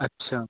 अच्छा